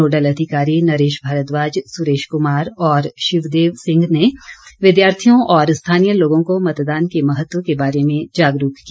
nodal अधिकारी नरेश भारद्वाज सुरेश कुमार और शिवदेव सिंह ने विद्यार्थियों और स्थानीय लोगों को मतदान के महत्व के बारे में जागरूक किया